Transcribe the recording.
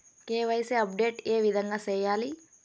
KYC update ఏ విధంగా సేయాలి?